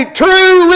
true